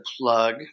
plug